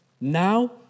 now